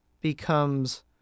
becomes